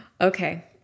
Okay